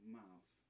mouth